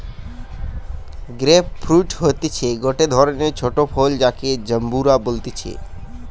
grape fruit হতিছে গটে ধরণের ছোট ফল যাকে জাম্বুরা বলতিছে